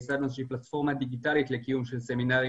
הייתה איזושהי פלטפורמה דיגיטלית לקיום של סמינרים